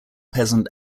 peasant